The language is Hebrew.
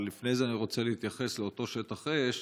אבל לפני זה, אני רוצה להתייחס לאותו שטח אש,